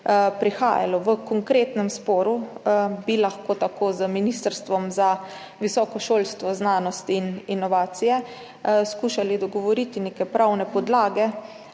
prihajalo. V konkretnem sporu bi se lahko tako z Ministrstvom za visoko šolstvo, znanost in inovacije skušali dogovoriti glede nekih pravnih podlag,